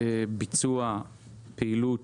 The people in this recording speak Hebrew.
ביצוע פעילות